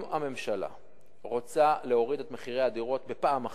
אם הממשלה רוצה להוריד את מחירי הדירות בפעם אחת,